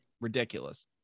ridiculous